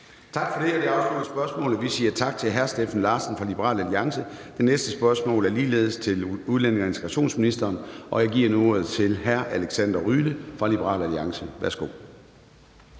Tak for det. Det afslutter spørgsmålet. Vi siger tak til hr. Steffen Larsen fra Liberal Alliance. Det næste spørgsmål er ligeledes til udlændinge og integrationsministeren, og jeg giver nu ordet til hr. Alexander Ryle fra Liberal Alliance. Kl.